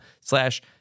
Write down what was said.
slash